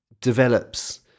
develops